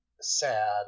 sad